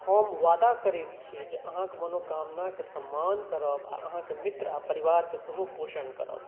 हम वादा करैत छी जे अहाँके मनोकामनाके सम्मान करब आओर अहाँके मित्र आओर परिवारके सेहो पोषण करब